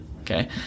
okay